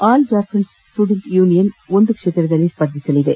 all Jharkhand student union ಒಂದು ಕ್ಷೇತ್ರದಲ್ಲಿ ಸ್ಪರ್ಧಿಸಲಿದೆ